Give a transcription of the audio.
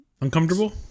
uncomfortable